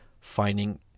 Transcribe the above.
finding